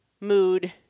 mood